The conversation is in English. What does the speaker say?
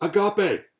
agape